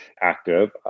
active